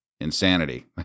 insanity